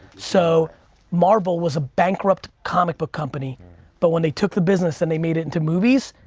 so marvel was a bankrupt comic book company but when they took the business and they made it into movies,